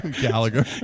Gallagher